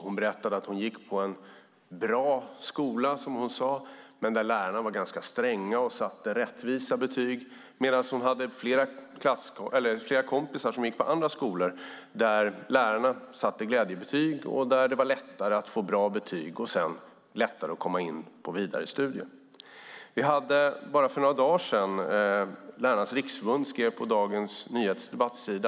Hon berättade att hon gick på en bra skola, som hon sade, där lärarna var ganska stränga och satte rättvisa betyg, men hon hade flera kompisar som gick på andra skolor där lärarna satte glädjebetyg, där det var lättare få bra betyg och sedan var det lättare att komma in på vidare studier. För bara några dagar sedan skrev Lärarnas Riksförbund på Dagens Nyheters debattsida.